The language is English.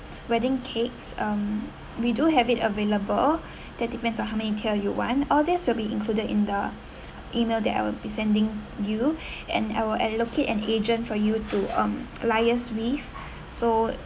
wedding cakes um we do have it available that depends on how many tier you want all this will be included in the email that I will be sending you and I will allocate an agent for you to um liase with so